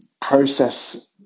process